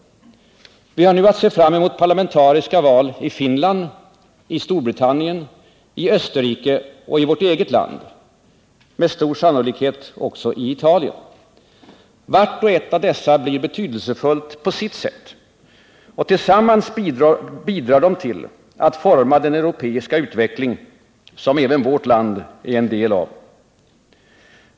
Vi har nu att se fram emot parlamentariska val i Finland, i Storbritannien, i Österrike och i vårt eget land — med stor sannolikhet också i Italien. Vart och ett av dessa blir betydelsefullt på sitt sätt. Tillsammans bidrar de till att forma den europeiska utveckling som även vårt land är en del av.